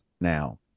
now